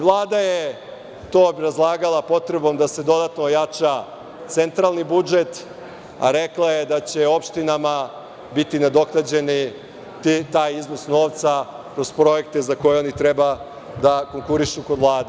Vlada je to obrazlagala potrebom da se dodatno ojača centralni budžet, rekla je da će opštinama biti nadoknađen taj iznos novca kroz projekte za koje oni treba da konkurišu kod Vlade.